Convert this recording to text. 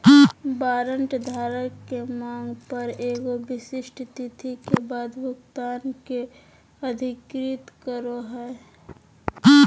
warrant धारक के मांग पर एगो विशिष्ट तिथि के बाद भुगतान के अधिकृत करो हइ